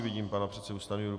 Vidím pana předsedu Stanjuru.